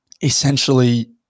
essentially